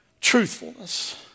Truthfulness